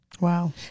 Wow